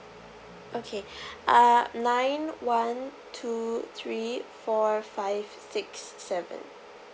okay uh nine one two three four five six seven